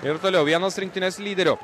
ir toliau vienos rinktinės lyderių